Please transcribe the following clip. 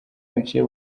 biciye